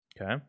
Okay